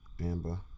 Amber